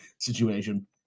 situation